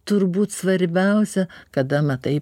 turbūt svarbiausia kada matai